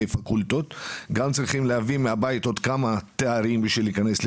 פקולטות וגם צריכים להביא עוד כמה תארים כדי להיכנס להתמחויות,